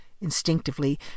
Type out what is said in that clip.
Instinctively